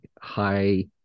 high